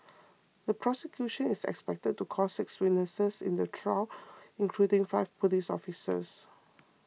the prosecution is expected to call six witnesses in the trial including five police officers